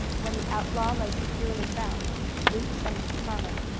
when the outlaw lay securely bound luke summoned the farmer.